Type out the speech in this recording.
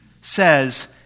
says